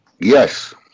Yes